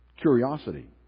curiosity